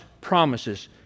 promises